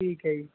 ਠੀਕ ਹੈ ਜੀ